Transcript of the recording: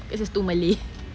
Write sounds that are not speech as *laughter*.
because it's too malay *breath*